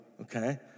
Okay